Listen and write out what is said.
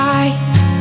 eyes